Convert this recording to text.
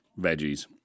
veggies